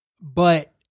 but-